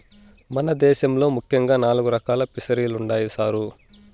మన దేశంలో ముఖ్యంగా నాలుగు రకాలు ఫిసరీలుండాయి సారు